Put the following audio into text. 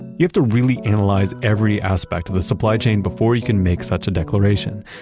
you have to really analyze every aspect of the supply chain before you can make such a declaration.